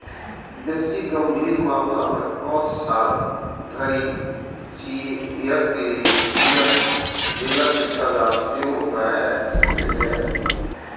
बेसी गंभीर मामला मे पांच साल धरि जेलक सजा सेहो भए सकैए